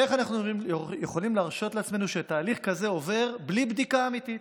איך אנחנו יכולים להרשות לעצמנו שתהליך כזה עובר בלי בדיקה אמיתית,